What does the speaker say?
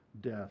death